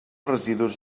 residus